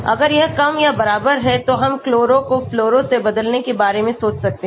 अगर यह कम या बराबर है तो हम chloro को fluoro से बदलने के बारे में सोच सकते हैं